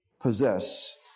possess